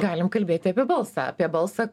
galim kalbėti apie balsą apie balsą